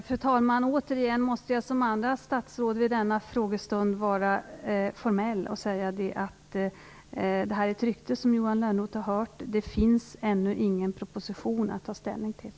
Fru talman! Återigen måste jag liksom andra statsråd vid denna frågestund vara formell och säga att det här är ett rykte som Johan Lönnroth har hört. Det finns ännu ingen proposition att ta ställning till.